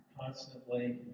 constantly